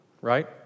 right